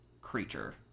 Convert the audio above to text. creature